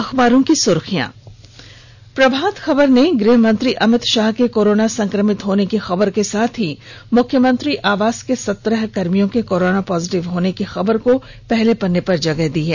अखबारों की सुर्खियां प्रभात खबर ने गृह मंत्री अमित शाह के कोरोना संक्रमित होने की खबर के साथ ही मुख्यमंत्री आवास के संत्रह कर्मियों के कोरोना पॉजिटिव होने की खबर को पहले पन्ने पर जगह दी है